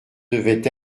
devait